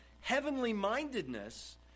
heavenly-mindedness